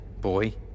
boy